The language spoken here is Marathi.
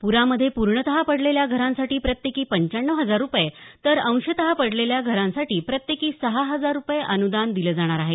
प्रामध्ये पूर्णत पडलेल्या घरांसाठी प्रत्येकी पंच्याण्णव हजार रुपये तर अंशतः पडलेल्या घरांसाठी प्रत्येकी सहा हजार रुपये अनुदान दिले जाणार आहे